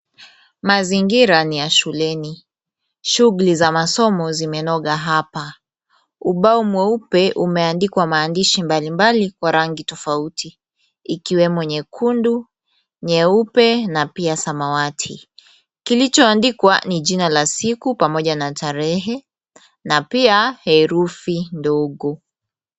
Mazingira ni ya shuleni. Shughuli za masomo zimenoga hapa. Ubao mweupe umeandikwa maandishi mbalimbali kwa rangi tofauti ikiwemo nyekundu, nyeupe na pia samawati. Kilichoandikwa ni jina la siku pamoja na tarehe na pia herufi ndogo.